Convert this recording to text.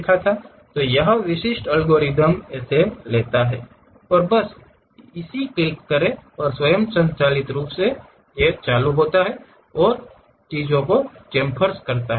तो यह विशिष्ट एल्गोरिदम इसे लेता है और बस इसे क्लिक करके स्वचालित रूप से लेता है और चीज़ को चैंफ़र्स करता है